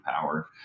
power